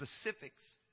specifics